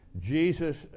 Jesus